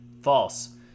False